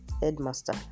Headmaster